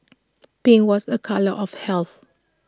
pink was A colour of health